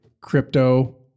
crypto